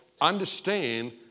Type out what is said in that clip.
understand